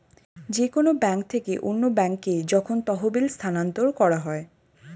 যে কোন ব্যাংক থেকে অন্য ব্যাংকে যখন তহবিল স্থানান্তর করা হয়